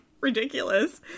ridiculous